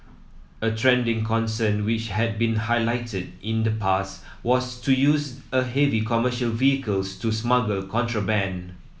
a trending concern which had been highlighted in the past was to use of heavy commercial vehicles to smuggle contraband